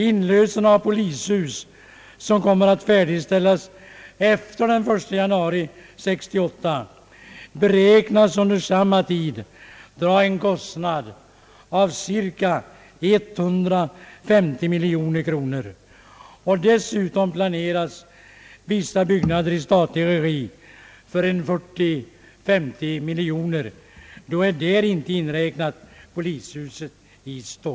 Inlösen av polishus, som kommer att färdigställas efter den 1 januari 1968, beräknas under samma tid dra en kostnad av omkring 150 miljoner kronor. Dessutom planeras vissa byggnader i statlig regi för 40 å 50 miljoner kronor, polishuset i Stockholm inte inräknat.